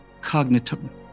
Cognitum